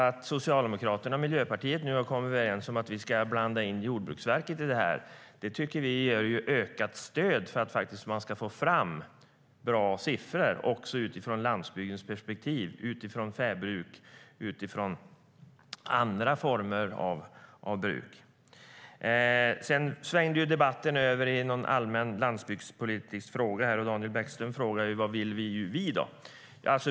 Att Socialdemokraterna och Miljöpartiet har kommit överens om att blanda in Jordbruksverket i detta ger ökat stöd för att få fram bra siffror utifrån landsbygdens perspektiv, såsom fäbodbruk och andra former av bruk. Debatten svängde över i en allmän landsbygdspolitisk debatt, och Daniel Bäckström frågade vad vi vill.